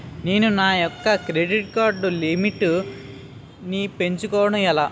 నేను నా యెక్క క్రెడిట్ కార్డ్ లిమిట్ నీ పెంచుకోవడం ఎలా?